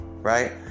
right